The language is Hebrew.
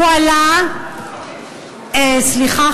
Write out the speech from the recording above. סליחה,